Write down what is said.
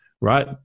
right